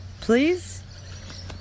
please